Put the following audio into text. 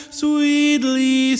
sweetly